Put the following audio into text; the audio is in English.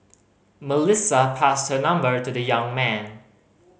Melissa passed her number to the young man